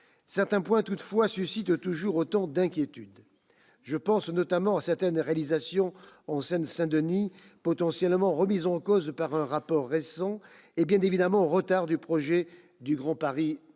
Certains points, toutefois, suscitent toujours autant d'inquiétude. Je pense notamment à certaines réalisations en Seine-Saint-Denis, potentiellement remises en cause par un rapport récent, et, bien évidemment, aux retards du projet Grand Paris Express.